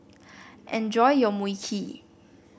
enjoy your Mui Kee